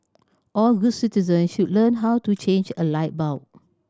all good citizen should learn how to change a light bulb